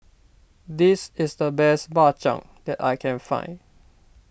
this is the best Bak Chang that I can find